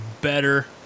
better